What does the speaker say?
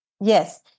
Yes